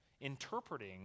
interpreting